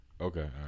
Okay